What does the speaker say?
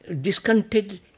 discontented